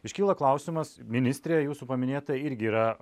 iškyla klausimas ministrė jūsų paminėta irgi yra